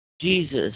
Jesus